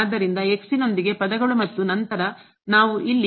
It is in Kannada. ಆದ್ದರಿಂದ x ನೊಂದಿಗೆ ಪದಗಳು ಮತ್ತು ನಂತರ ನಾವು ಇಲ್ಲಿ